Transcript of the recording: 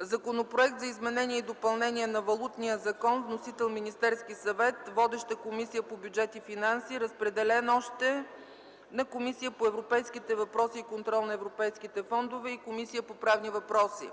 Законопроект за изменение и допълнение на Валутния закон. Вносител – Министерският съвет. Водеща е Комисията по бюджет и финанси. Разпределен е и на Комисията по европейските въпроси и контрол на европейските фондове и на Комисията по правни въпроси.